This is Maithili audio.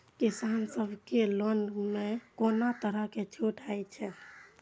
किसान सब के लोन में कोनो तरह के छूट हे छे?